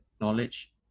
knowledge